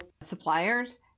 suppliers